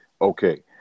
Okay